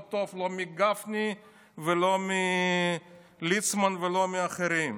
טוב לא מגפני ולא מליצמן ולא מאחרים.